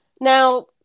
Now